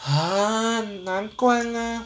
!huh! 难怪 lah